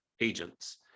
agents